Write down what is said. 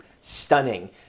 stunning